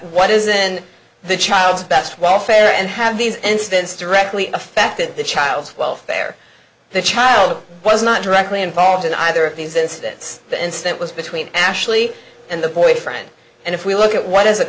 what is in the child's best welfare and have these instances directly affected the child's welfare the child was not directly involved in either of these incidents the instant was between ashley and the boyfriend and if we look at what